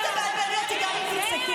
לא תבלבלי אותי גם אם תצעקי.